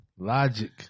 logic